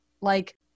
Like-